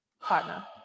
Partner